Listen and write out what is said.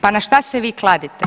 Pa na šta se vi kladite?